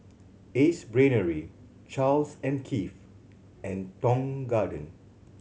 Ace Brainery Charles and Keith and Tong Garden